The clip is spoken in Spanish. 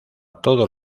todos